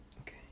Okay